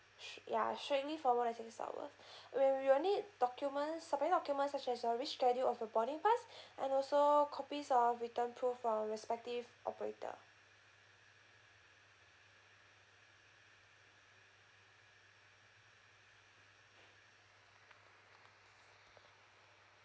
s~ ya straight away for more than six hours when we'll need document supporting documents such as your reschedule of your boarding pass and also copies of written proof from respective operator